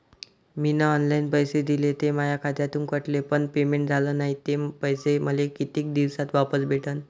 मीन online पैसे दिले, ते माया खात्यातून कटले, पण पेमेंट झाल नायं, ते पैसे मले कितीक दिवसात वापस भेटन?